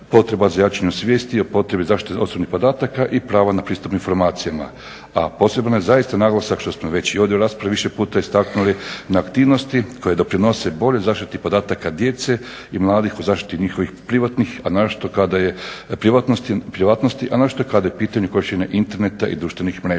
potreba za jačanjem svijesti je potreba zaštite osobnih podataka i pravo na pristup informacijama, a posebno je zaista naglasak, što smo već i ovdje u raspravi više puta istaknuli, na aktivnosti koje doprinose boljoj zaštiti podataka djece i mladih u zaštiti njihovih privatnosti, a naročito kada je u pitanju korištenje interneta i društvenih mreža.